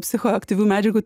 psichoaktyvių medžiagų